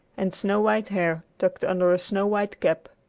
and snow-white hair tucked under a snow-white cap.